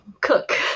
cook